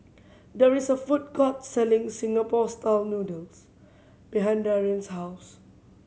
there is a food court selling Singapore Style Noodles behind Darion's house